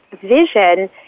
vision